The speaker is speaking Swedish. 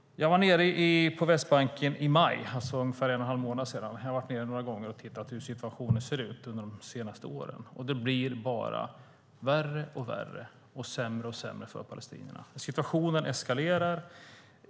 Jag var på Västbanken i maj. Jag har varit där några gånger de senaste åren och sett hur situationen ser ut. Det blir bara värre och värre och sämre och sämre för palestinierna. Situationen eskalerar.